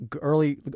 Early